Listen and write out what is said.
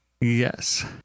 Yes